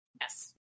Yes